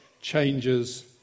changes